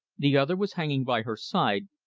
the other was hanging by her side,